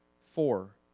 Four